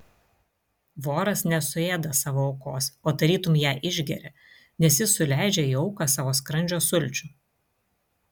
voras nesuėda savo aukos o tarytum ją išgeria nes jis suleidžia į auką savo skrandžio sulčių